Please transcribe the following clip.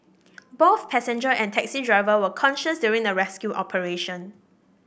both passenger and taxi driver were conscious during the rescue operation